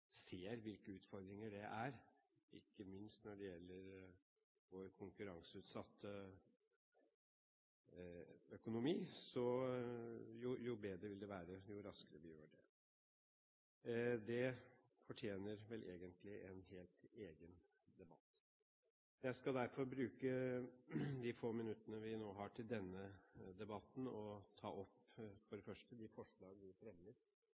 ser hvilke utfordringer det er, ikke minst når det gjelder vår konkurranseutsatte økonomi, jo bedre vil det være. Dette fortjener vel egentlig en helt egen debatt. Jeg vil derfor bruke de få minuttene vi har i denne debatten, til, for det første, å ta opp de forslag vi fremmer